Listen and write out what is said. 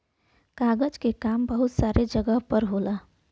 कागज क काम बहुत सारे जगह पर होला